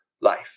life